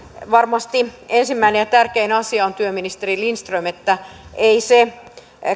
varmasti ensimmäinen ja tärkein asia on työministeri lindström että ei se